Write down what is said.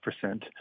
percent